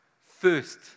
first